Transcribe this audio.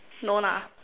no lah